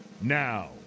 Now